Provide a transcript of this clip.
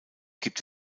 gibt